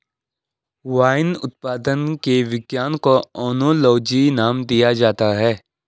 wine उत्पादन के विज्ञान को ओनोलॉजी नाम दिया जाता है